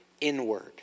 inward